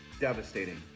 devastating